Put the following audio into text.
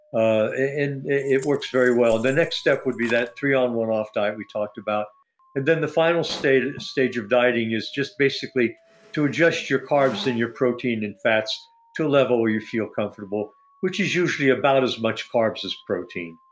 and it works very well. the next step would be that three on, one off diet we talked about then the final stage and stage of dieting is just basically to adjust your carbs and your protein and fats to a level where you feel comfortable which is usually about as much carb as protein.